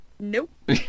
Nope